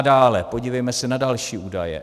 Dále podívejme se na další údaje.